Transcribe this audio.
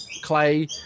Clay